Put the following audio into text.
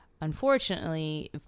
unfortunately